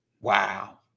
Wow